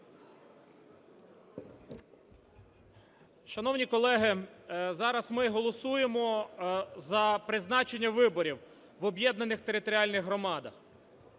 Шановні колеги, зараз ми голосуємо за призначення виборів в об'єднаних територіальних громадах,